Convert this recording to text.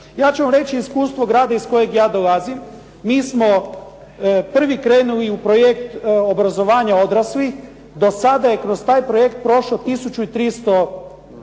Ja ću vam reći iskustvo grada iz kojeg ja dolazim. Mi smo prvi krenuli u projekt obrazovanja odraslih. Do sada je kroz taj projekt prošlo tisuću i